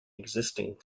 existing